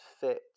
fit